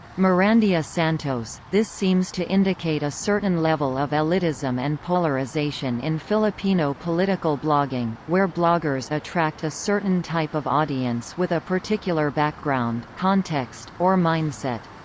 mirandilla-santos, this seems to indicate a certain level of elitism and polarisation in filipino political blogging, where bloggers attract a certain type of audience with a particular background, context, or mindset.